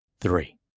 three